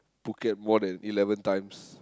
Phuket more than eleven times